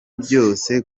byose